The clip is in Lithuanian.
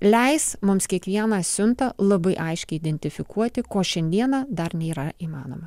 leis mums kiekvieną siuntą labai aiškiai identifikuoti ko šiandieną dar nėra įmanoma